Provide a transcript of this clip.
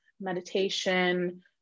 meditation